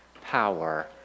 power